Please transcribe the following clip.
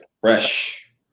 Fresh